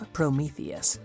Prometheus